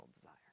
desire